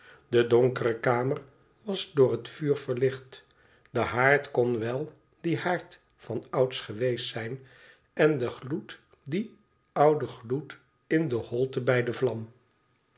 de donkere kamer was door het vuur verlicht de haard kon wel die haard vanouds geweest zijn en de gloed die oude gloed in de holte bij de vlam